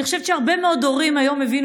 אני חושבת שהרבה מאוד הורים היום הבינו